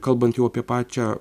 kalbant jau apie pačią